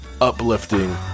uplifting